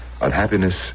Unhappiness